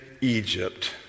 Egypt